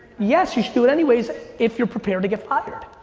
yes, you should do it anyways if you're prepared to get fired.